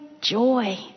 joy